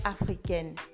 africaine